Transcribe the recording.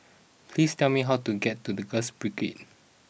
please tell me how to get to the Girls Brigade